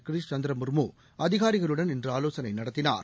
கிரிஷ் சந்திர முர்மு அதிகாரிகளுடன் இன்று ஆலோசனை நடத்தினார்